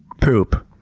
poop.